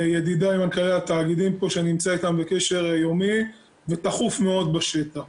ידידיי מנכ"לי התאגידים פה שאני נמצא איתם בקשר יומי ותכוף מאוד בשטח.